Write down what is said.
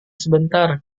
sebentar